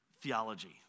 theology